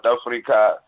Africa